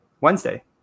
Wednesday